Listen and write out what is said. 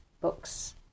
books